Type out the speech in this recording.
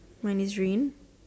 mine is green